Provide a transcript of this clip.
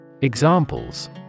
Examples